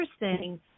interesting